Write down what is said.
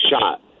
shot